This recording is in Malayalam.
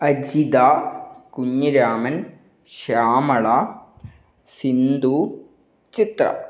അജിത കുഞ്ഞിരാമന് ശ്യാമള സിന്ധു ചിത്ര